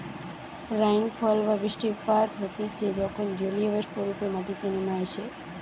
rainfall বা বৃষ্টিপাত হতিছে যখন জলীয়বাষ্প রূপে মাটিতে নেমে আইসে